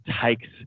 takes